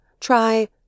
try